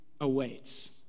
awaits